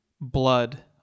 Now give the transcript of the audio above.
blood